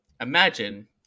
Imagine